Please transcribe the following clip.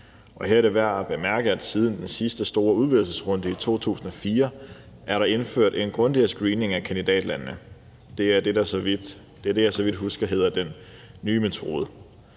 Her er det værd at bemærke, at siden den sidste store udvidelsesrunde i 2004 er der indført en grundigere screening af kandidatlande. Det er det, som hedder den nye metode,